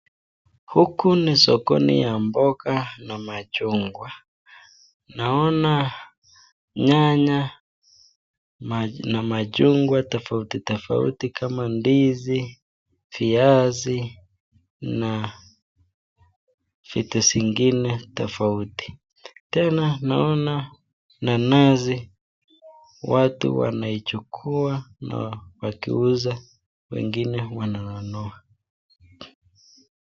Huku ni sokoni ya mboga na machungwa. Naona nyanya na machungwa tofauti tofauti kama ndizi, viazi na vitu zingine tofauti, tena naona nanasi watu wanaichukua na wakiuza wengine wananunua.